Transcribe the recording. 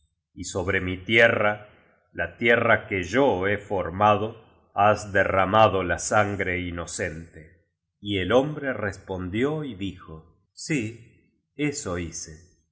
y sobre mi tierra la tierra que yo he formado has derramado la sangre inocente y el hombre respondió y dijo sí eso hice y